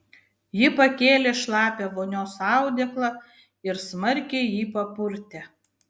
ji pakėlė šlapią vonios audeklą ir smarkiai jį papurtė